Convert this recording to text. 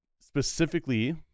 specifically